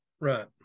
right